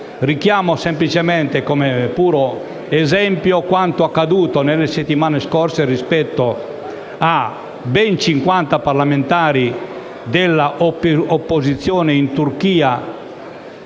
Richiamo semplicemente, come puro esempio, quanto accaduto nelle settimane scorse rispetto a ben 50 parlamentari dell'opposizione in Turchia